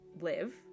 live